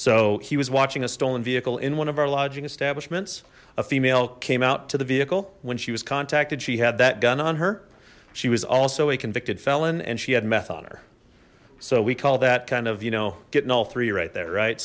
so he was watching a stolen vehicle in one of our lodging establishments a female came out to the vehicle when she was contacted she had that gun on her she was also a convicted felon and she had meth on her so we call that kind of you know getting all three right there right